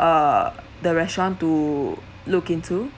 uh the restaurant to look into